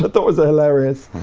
but thought was hilarious,